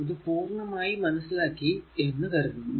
ഇത് പൂർണമായി മനസ്സിലാക്കി എന്ന് കരുതുന്നു